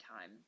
time